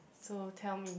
so tell me